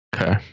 Okay